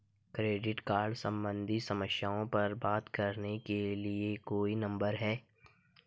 Credit card सम्बंधित समस्याओं पर बात करने के लिए कोई नंबर है?